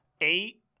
Eight